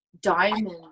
diamond